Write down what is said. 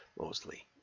mostly